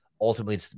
ultimately